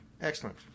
Excellent